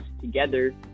together